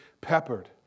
peppered